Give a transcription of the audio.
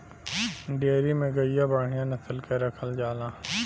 dairy में गइया बढ़िया नसल के रखल जाला